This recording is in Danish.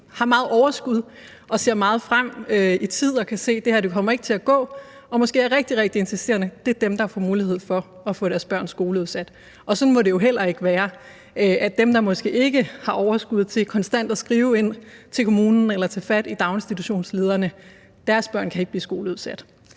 har meget overskud og ser meget frem i tid og kan se, at det her ikke kommer til at gå, og måske er rigtig, rigtig insisterende – der får mulighed for at få deres børn skoleudsat. Og sådan må det jo heller ikke være: at dem, der ikke har overskud til konstant at skrive ind til kommunen eller at tage fat i daginstitutionslederen, ikke kan få deres børn skoleudsat.